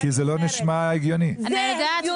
לא, זה קורה יו"ר הוועדה.